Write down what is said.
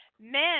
Men